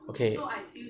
ya